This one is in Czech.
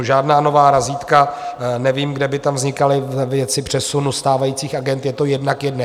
Žádná nová razítka nevím, kde by tam vznikala ve věci přesunu stávajících agend, je to jedna k jedné.